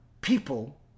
people